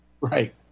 Right